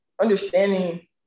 understanding